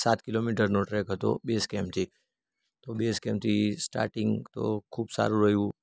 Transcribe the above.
સાત કિલોમીટરનો ટ્રેક હતો બેઝ કેમ્પથી તો બેઝ કેમ્પથી સ્ટાર્ટિંગ તો ખૂબ સારું રહ્યું